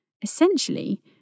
Essentially